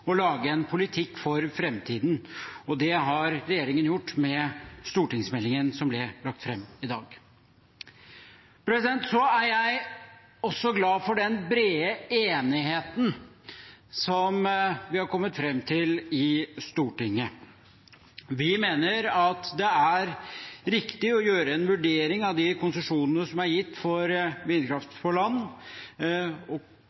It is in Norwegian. å lage en politikk for framtiden, og det har regjeringen gjort med stortingsmeldingen som ble lagt fram i dag. Jeg er også glad for den brede enigheten som vi har kommet fram til i Stortinget. Vi mener at det er riktig å gjøre en vurdering av de konsesjonene som er gitt for